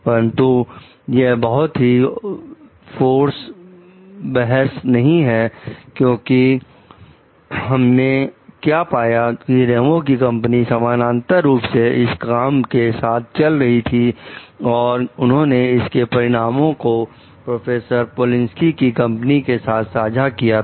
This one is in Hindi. परंतु यह बहुत ही फोर्स बहस नहीं है क्योंकि हमने क्या पाया कि रेमो की कंपनी समानांतर रूप से इस काम के साथ चल रही थी और उन्होंने इसके परिणामों को प्रोफेसर पोलिंसकी की कंपनी के साथ साझा किया था